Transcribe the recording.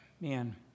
man